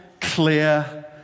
clear